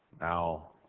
Now